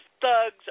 thugs